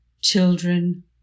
children